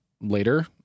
later